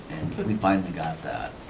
and we finally got that.